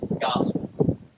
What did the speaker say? gospel